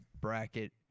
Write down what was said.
bracket